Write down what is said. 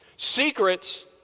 Secrets